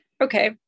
okay